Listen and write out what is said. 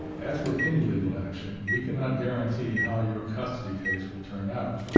as with any legal action, we cannot guarantee how your custody case will turn out.